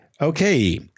okay